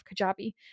Kajabi